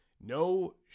no